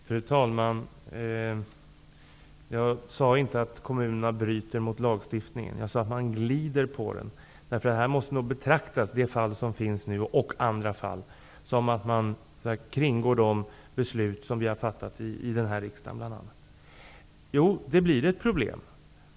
Fru talman! Jag sade inte att kommunerna bryter mot lagstiftningen. Jag sade att de glider på den. Det fall som nu är aktuellt -- och andra fall -- måste nog betraktas som att kommunerna kringgår de beslut som vi har fattat i den här riksdagen. Det är riktigt som statsrådet säger att detta blir ett problem.